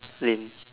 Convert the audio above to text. lame